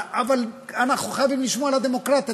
אבל אנחנו חייבים לשמור על הדמוקרטיה.